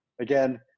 again